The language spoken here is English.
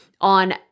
on